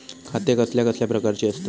खाते कसल्या कसल्या प्रकारची असतत?